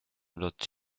not